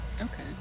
Okay